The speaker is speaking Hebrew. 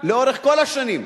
לאורך כל השנים.